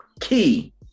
key